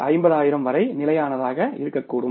5 லட்சம் வரை நிலையானதாக இருக்கக்கூடும